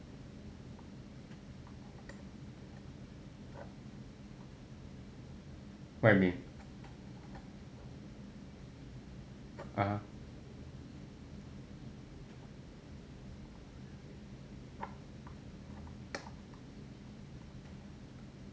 what you mean